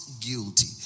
guilty